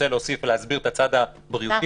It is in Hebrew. תוסיף ותסביר את הצד הבריאותי,